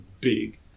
big